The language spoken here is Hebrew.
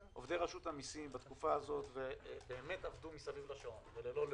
עובדי רשות המיסים בתקופה הזו עבדו מסביב לשעון ללא לאות,